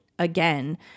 again